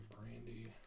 brandy